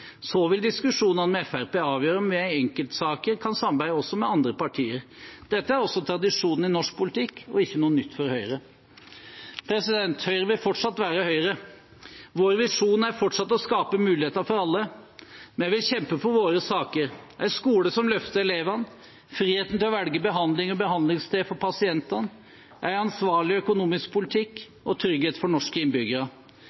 Så vil diskusjonene med Fremskrittspartiet avgjøre om vi i enkeltsaker kan samarbeide også med andre partier. Dette er også tradisjon i norsk politikk og ikke noe nytt for Høyre. Høyre vil fortsatt være Høyre. Vår visjon er fortsatt å skape muligheter for alle. Vi vil kjempe for våre saker: en skole som løfter elevene, friheten til å velge behandling og behandlingssted for pasientene, en ansvarlig økonomisk